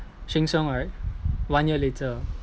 sheng siong right one year later